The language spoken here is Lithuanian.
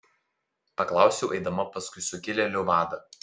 paklausiau eidama paskui sukilėlių vadą